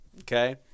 Okay